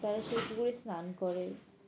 তারা সেই পুকুরে স্নান করে